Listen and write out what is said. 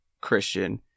Christian